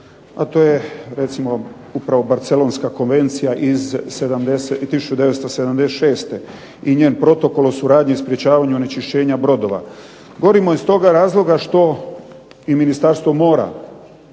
a to je recimo upravo barcelonska konvencija iz 1976. i njen protokol o suradnji i sprječavanju onečišćenja brodova. Govorimo iz toga razloga što i Ministarstvo mora,